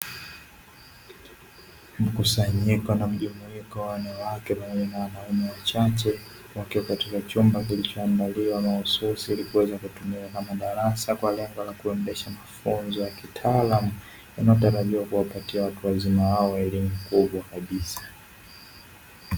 Mkusanyiko na mjumuiko wa wanawake pamoja na wanaume wachache wakiwa katika chumba kilichoandaliwa mahususi ili kiweze kutumiwa kama darasa, kwa lengo la kuendesha mafunzo ya kitaalamu inayotarajiwa kuwapatia watu wazima hao elimu kubwa kabisa.